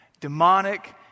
demonic